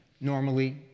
normally